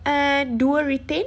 eh dua retain